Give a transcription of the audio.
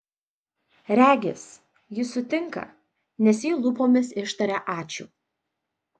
regis jis sutinka nes ji lūpomis ištaria ačiū